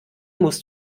musst